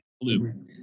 blue